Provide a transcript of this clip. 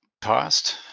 past